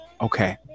Okay